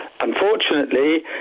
unfortunately